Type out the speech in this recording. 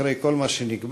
אחרי כל מה שנקבע.